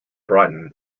brighton